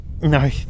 No